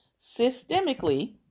systemically